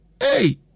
Hey